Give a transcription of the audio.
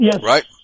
right